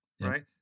right